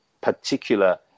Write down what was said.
particular